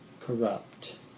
corrupt